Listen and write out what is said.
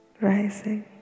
rising